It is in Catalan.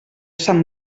sant